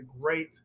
great